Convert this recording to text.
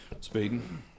Speeding